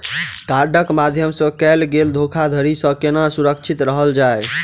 कार्डक माध्यम सँ कैल गेल धोखाधड़ी सँ केना सुरक्षित रहल जाए?